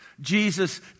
Jesus